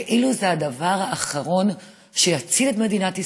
כאילו זה הדבר האחרון שיציל את מדינת ישראל,